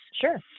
Sure